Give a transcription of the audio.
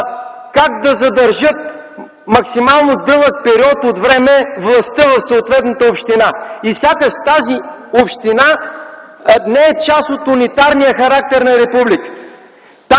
как да задържат максимално дълъг период от време властта в съответната община. Сякаш тази община не е част от унитарния характер на републиката.